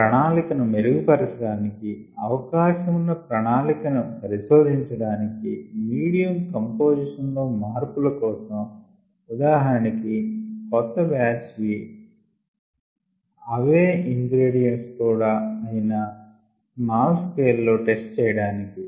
ఉన్న ప్రణాలికను మెరుగుపరచడానికి అవకాశమున్న ప్రణాళికలను పరిశోధించడానికి మీడియం కాంపోజిషన్ లో మార్పుల కోసం ఉదాహరణకి కొత్త బ్యాచ్ వి అవే ఇన్ గ్రేడియంట్స్ అయినా కూడా స్మాల్ స్కెల్ లో టెస్ట్ చేయ టానికి